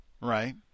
right